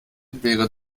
wäre